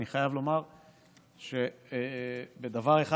אני חייב לומר שלפחות בדבר אחד